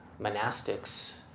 monastics